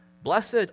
blessed